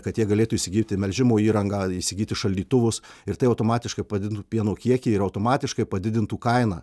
kad jie galėtų įsigyti melžimo įrangą įsigyti šaldytuvus ir tai automatiškai padidintų pieno kiekį ir automatiškai padidintų kainą